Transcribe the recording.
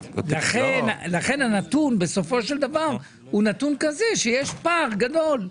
לכן הנתון בסופו של דבר הוא נתון כזה שיש פער גדול.